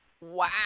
Wow